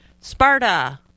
Sparta